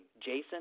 Jason